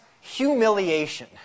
humiliation